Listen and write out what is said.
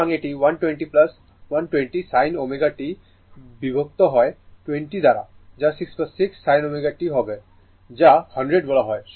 সুতরাং এটি 120 120 sin ω t বিভক্ত হয় 20 দ্বারা যা 6 6 sin ω t হবে যা 100 বলা হয়